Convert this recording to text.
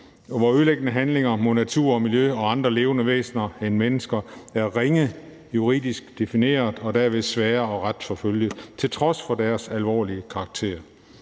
hvor ødelæggende handlinger mod natur og miljø og andre levende væsener end mennesker er ringe juridisk defineret og derved sværere at retsforfølge til trods for deres alvorlige karakter.